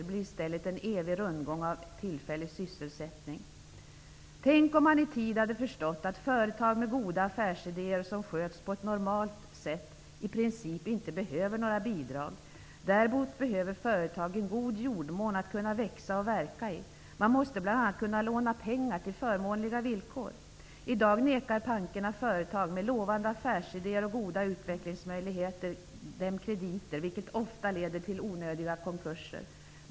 Det blir i stället en evig rundgång av tillfällig sysselsättning. Tänk om man i tid hade förstått att företag med goda affärsidéer, som sköts på ett normalt sätt, i princip inte behöver några bidrag. Däremot behöver företag en god jordmån att kunna växa och verka i. Man måste bl.a. kunna låna pengar till förmånliga villkor. I dag nekar bankerna företag med lovande affärsidéer och goda utvecklingsmöjligheter krediter, vilket ofta leder till onödiga konkurser.